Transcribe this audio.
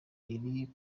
iri